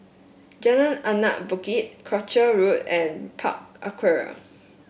Jalan Anak Bukit Croucher Road and Park Aquaria